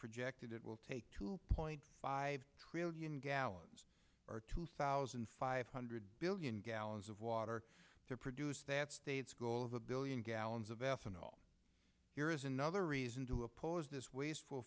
projected it will take two point five trillion gallons or two thousand five hundred billion gallons of water to produce that state schools a billion gallons of ethanol here is another reason to oppose this wasteful